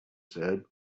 said